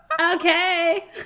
Okay